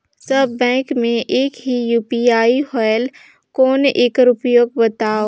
सब bank मे एक ही यू.पी.आई होएल कौन एकर उपयोग बताव?